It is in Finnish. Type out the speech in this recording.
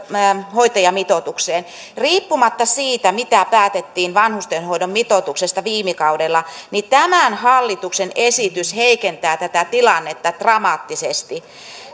hoitajamitoitukseen riippumatta siitä mitä päätettiin vanhustenhoidon mitoituksesta viime kaudella tämän hallituksen esitys heikentää tätä tilannetta dramaattisesti